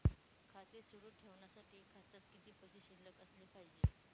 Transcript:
खाते सुरु ठेवण्यासाठी खात्यात किती पैसे शिल्लक असले पाहिजे?